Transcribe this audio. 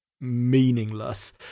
meaningless